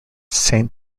saint